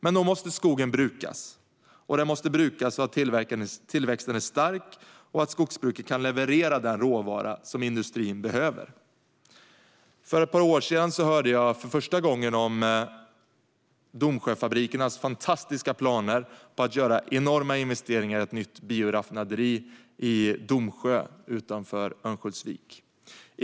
Men då måste skogen brukas och den måste brukas så att tillväxten är stark och så att skogsbruket kan leverera den råvara som industrin behöver. För ett par år sedan hörde jag första gången talas om Domsjö Fabrikers fantastiska planer på att göra enorma investeringar i ett nytt bioraffinaderi i Domsjö utanför Örnsköldsvik.